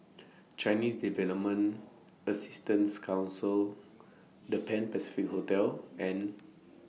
Chinese Development Assistance Council The Pan Pacific Hotel and